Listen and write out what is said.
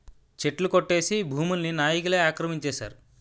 చెట్లు కొట్టేసి భూముల్ని నాయికులే ఆక్రమించేశారు